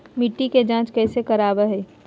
मिट्टी के जांच कैसे करावय है?